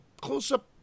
close-up